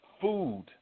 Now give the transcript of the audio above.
food